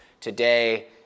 Today